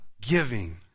giving